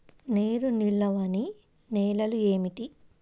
నీరు నిలువని నేలలు ఏమిటి?